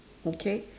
okay